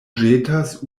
ĵetas